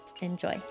Enjoy